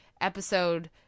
episode